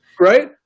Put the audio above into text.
Right